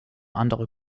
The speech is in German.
anderer